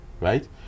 right